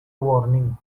warning